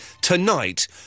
tonight